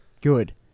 good